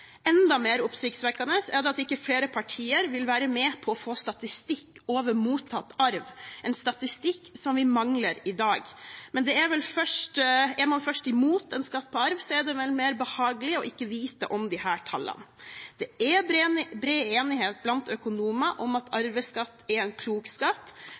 Enda mer oppsiktsvekkende er det at ikke flere partier vil være med på å få statistikk over mottatt arv, en statistikk vi mangler i dag. Men er man først imot en skatt på arv, er det vel mer behagelig ikke å vite om disse tallene. Det er bred enighet blant økonomer om at arveskatt er en klok skatt.